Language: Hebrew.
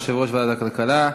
יושב-ראש ועדת הכלכלה.